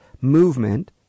movement